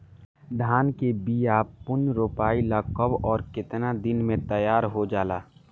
धान के बिया पुनः रोपाई ला कब और केतना दिन में तैयार होजाला?